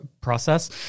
process